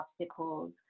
obstacles